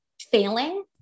failing